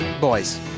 Boys